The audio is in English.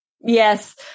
Yes